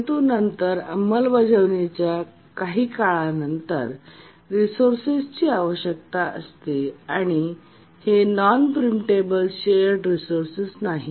परंतु नंतर अंमलबजावणी च्या काही काळा नंतर त्यास रिसोर्सेसची आवश्यकता असते आणि हे नॉनप्रिम्पटेबल शेअर्ड रिसोर्सेस नाही